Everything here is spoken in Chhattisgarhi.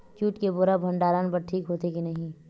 जूट के बोरा भंडारण बर ठीक होथे के नहीं?